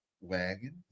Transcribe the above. wagon